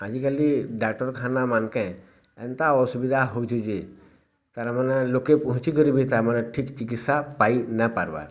ଆଜିକାଲି ଡାକ୍ତରଖାନା ମାନଙ୍କେ ଏନ୍ତା ଅସୁବିଧା ହେଉଛି ଯେ ତା'ର ମାନେ ଲୋକେ ପହଞ୍ଚି କରିବି ତା'ମାନେ ଆମର ଠିକ୍ ଚିକିତ୍ସା ପାଇ ନା ପାରବା